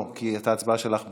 לא, כי את ההצבעה שלך ביטלנו.